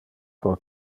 pro